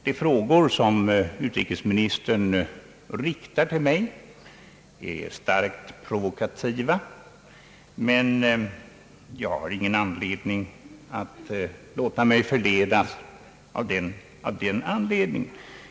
De frågor som utrikesministern riktar till mig är starkt provokativa, men jag har ingen anledning att låta mig förledas att frångå min linje.